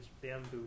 bamboo